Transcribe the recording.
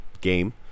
game